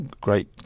great